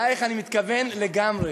אלייך, אני מתכוון לגמרי.